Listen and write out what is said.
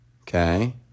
okay